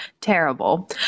Terrible